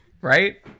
right